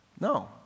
No